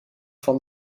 van